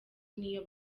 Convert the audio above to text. niyo